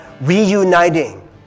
reuniting